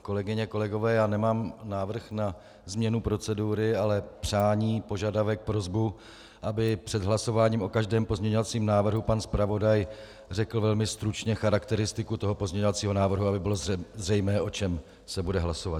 Kolegyně, kolegové, nemám návrh na změnu procedury, ale přání, požadavek, prosbu, aby před hlasováním o každém pozměňovacím návrhu pan zpravodaj řekl velmi stručně charakteristiku pozměňovacího návrhu, aby bylo zřejmé, o čem se bude hlasovat.